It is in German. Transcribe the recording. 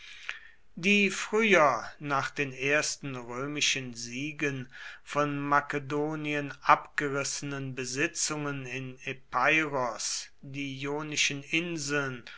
die früher nach den ersten römischen siegen von makedonien abgerissenen besitzungen in epeiros die ionischen inseln